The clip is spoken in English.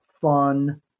fun